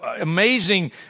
amazing